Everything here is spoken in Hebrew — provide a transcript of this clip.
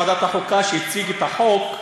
החוקה, שהציג את החוק,